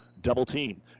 double-team